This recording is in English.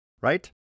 right